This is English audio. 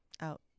out